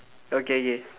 okay okay